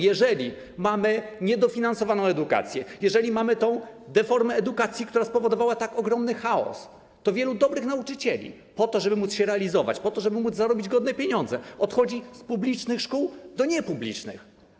Jeżeli mamy niedofinansowaną edukację, jeżeli mamy tę deformę edukacji, która spowodowała tak ogromny chaos, to wielu dobrych nauczycieli, żeby móc się realizować, żeby móc zarobić godne pieniądze, odchodzi z publicznych szkół do niepublicznych.